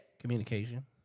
Communication